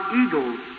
eagles